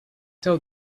tell